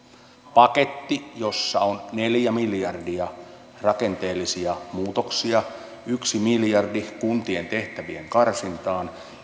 paketti jossa on neljä miljardia rakenteellisia muutoksia yksi miljardi kuntien tehtävien karsintaan